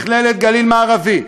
מכללת גליל מערבי,